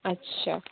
اچھا